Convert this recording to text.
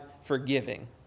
forgiving